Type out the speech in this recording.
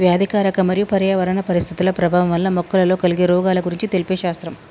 వ్యాధికారక మరియు పర్యావరణ పరిస్థితుల ప్రభావం వలన మొక్కలలో కలిగే రోగాల గురించి తెలిపే శాస్త్రం